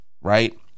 Right